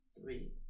Three